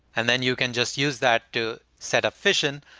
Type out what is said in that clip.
and then you can just use that to set up fission.